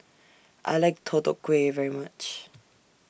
I like Deodeok Gui very much